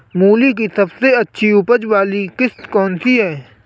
मूली की सबसे अच्छी उपज वाली किश्त कौन सी है?